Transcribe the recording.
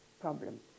problem